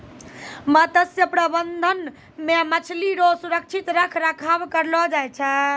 मत्स्य प्रबंधन मे मछली रो सुरक्षित रख रखाव करलो जाय छै